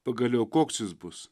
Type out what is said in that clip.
pagaliau koks jis bus